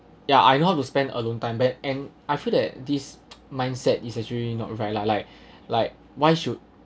ya I know how to spend alone time but and I feel that this mindset is actually not right lah like like why should